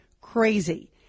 crazy